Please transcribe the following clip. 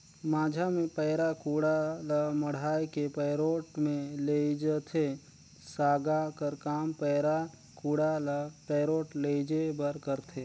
माझा मे पैरा कुढ़ा ल मढ़ाए के पैरोठ मे लेइजथे, सागा कर काम पैरा कुढ़ा ल पैरोठ लेइजे बर करथे